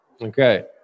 Okay